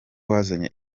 wazanye